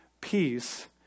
peace